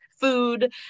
food